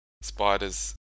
spiders